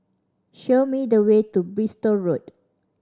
show me the way to Bristol Road